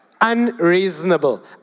Unreasonable